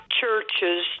churches